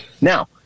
Now